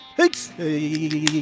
hey